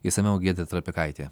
išsamiau giedrė trapikaitė